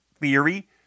theory